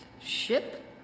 ship